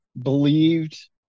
believed